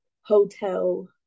hotel